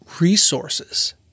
resources